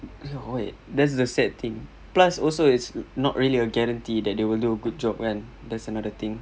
wait that's the sad thing plus also it's not really a guarantee that they will do a good job kan that's another thing